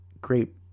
great